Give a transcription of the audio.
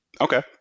Okay